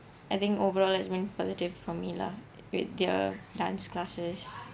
I think overall has been positive for me lah with their dance classes